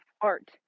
art